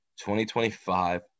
2025